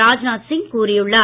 ராஜ்நாத் சிங் கூறியுள்ளார்